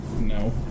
No